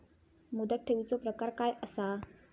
मुदत ठेवीचो प्रकार काय असा?